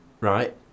right